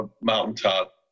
mountaintop